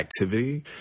activity